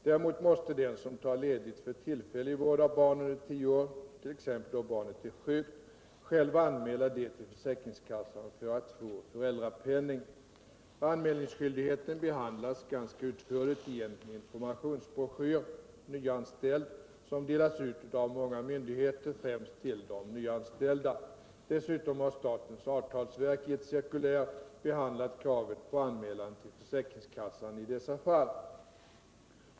Däremot måste den som tar ledigt för Om förbättrad tillfällig vård av barn under 10 år, t.ex. då barnet är sjukt, själv anmäla detta information rörantill försäkringskassan för att få föräldrapenning. de föräldrapenning Anmälningsskyldigheten behandlas ganska utförligt i en informationsbro vid tillfällig vård schyr, ”Nyanställd”, som delas ut av många myndigheter, främst till de . i nyanställda. Dessutom har statens avtalsverk i ett cirkulär behandlat kravet på anmälan till försäkringskassan i dessa fall.